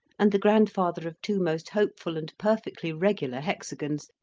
and the grandfather of two most hopeful and perfectly regular hexagons,